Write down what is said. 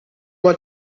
mal